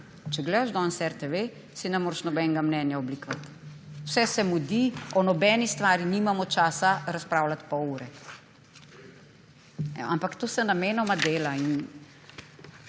Če gledaš danes RTV, si ne moreš nobenega mnenja oblikovati. Vse se mudi, o nobeni stvari nimamo časa razpravljati pol ure. Ampak to se namenoma dela.